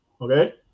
okay